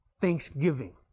thanksgiving